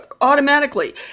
automatically